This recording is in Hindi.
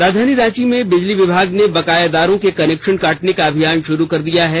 राजधानी रांची में बिजली विभाग ने बकायेदारों के कनेक्शन काटने का अभियान शुरू कर दिया है